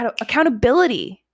accountability